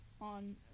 on